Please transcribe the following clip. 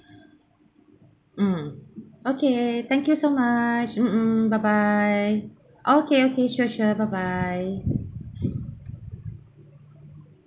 mm okay thank you so much mm mm bye bye okay okay sure sure bye bye